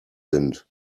sind